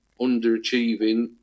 underachieving